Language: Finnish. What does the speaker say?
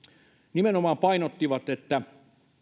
nimenomaan painottivat että